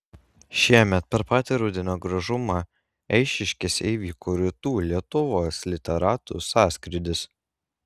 šiemet per patį rudenio gražumą eišiškėse įvyko rytų lietuvos literatų sąskrydis